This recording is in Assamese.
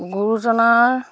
গুৰুজনাৰ